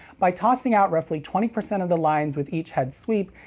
by tossing out roughly twenty percent of the lines with each head sweep,